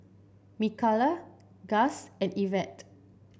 Mikala Gus and Ivette